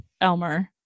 Elmer